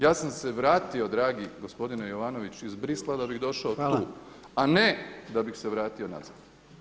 Ja sam se vratio dragi gospodine Jovanović iz Bruxellesa da bih došao tu [[Upadica Jandroković: Hvala.]] a ne da bih se vratio nazad.